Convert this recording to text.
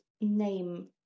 name